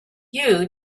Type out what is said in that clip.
you